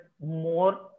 more